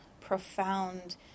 profound